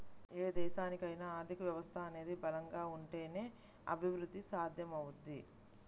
ఏ దేశానికైనా ఆర్థిక వ్యవస్థ అనేది బలంగా ఉంటేనే అభిరుద్ధి సాధ్యమవుద్ది